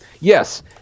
yes